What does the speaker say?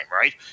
right